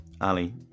Ali